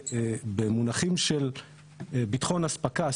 במונחים של ביטחון אספקה,